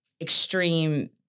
extreme